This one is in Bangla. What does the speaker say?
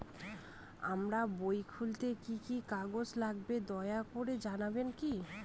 আমার বই খুলতে কি কি কাগজ লাগবে দয়া করে জানাবেন কি?